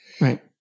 Right